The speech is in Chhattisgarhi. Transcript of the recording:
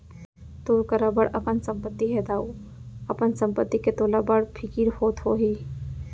तोर करा बड़ अकन संपत्ति हे दाऊ, अपन संपत्ति के तोला बड़ फिकिर होत होही